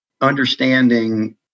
understanding